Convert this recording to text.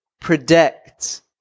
predict